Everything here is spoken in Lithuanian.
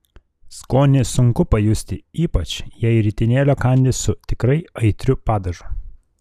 skonį sunku pajusti ypač jei ritinėlio kandi su tikrai aitriu padažu